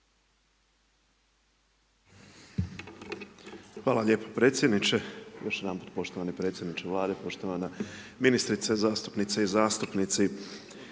vam lijepo predsjedniče, još jedanput poštovani predsjedniče Vlade, poštovana ministrice, zastupnice i zastupnici.